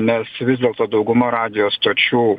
nes vis dėlto dauguma radijo stočių